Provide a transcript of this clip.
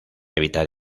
evitar